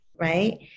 right